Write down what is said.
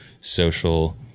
social